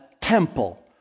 temple